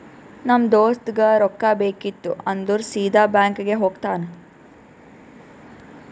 ನಮ್ ದೋಸ್ತಗ್ ರೊಕ್ಕಾ ಬೇಕಿತ್ತು ಅಂದುರ್ ಸೀದಾ ಬ್ಯಾಂಕ್ಗೆ ಹೋಗ್ತಾನ